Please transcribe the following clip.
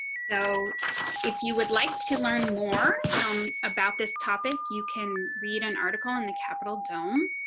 so if you would like to learn more about this topic, you can read an article in the capitol dome.